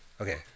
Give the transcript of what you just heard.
Okay